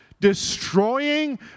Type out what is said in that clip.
destroying